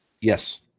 Yes